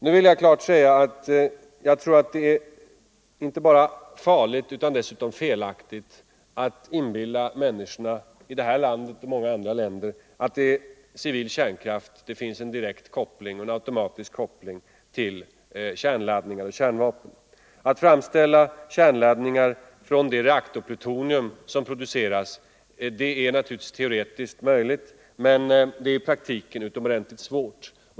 Jag vill nu säga att det är felaktigt att inbilla människorna i detta land att det finns en direkt och nödvändig koppling mellan civil kärnkraft och kärnvapen. Att framställa kärnladdningar från det reaktorplutonium som produceras är visserligen teoretiskt möjligt men i praktiken utomordentligt svårt.